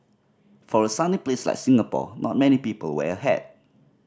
for a sunny place like Singapore not many people wear a hat